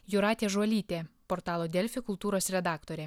jūratė žuolytė portalo delfi kultūros redaktorė